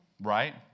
right